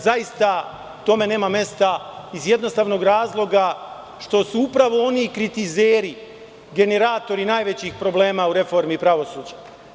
Zaista tome nema mesta iz jednostavnog razloga, što su upravo oni kritizeri generatori najvećih problema u reformi pravosuđa.